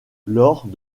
lors